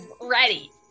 ready